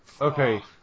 Okay